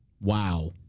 Wow